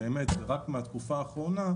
זה רק מן התקופה האחרונה,